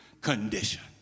condition